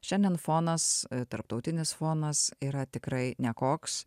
šiandien fonas tarptautinis fonas yra tikrai nekoks